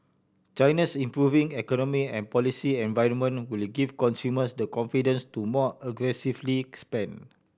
China's improving economy and policy environment will give consumers the confidence to more aggressively spend